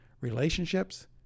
relationships